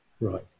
Right